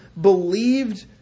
believed